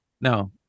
no